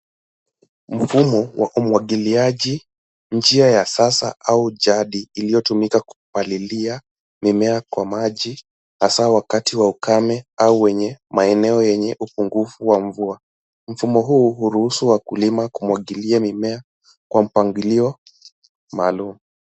Mfumo wa umwangiliaji, njia ya sasa au jadi iliotumika kupalilia mimea kwa maji hasa wakati wa ukame au wenye maeneo yenye upungufu wa mvua. Mfumo huu huruhusu wakulima kuwangilia mimea kwa mpangilio maalum.